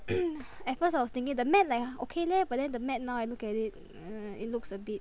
at first I was thinking the matte like okay leh but then the matte now I look at it uh it looks a bit